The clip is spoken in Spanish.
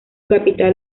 capital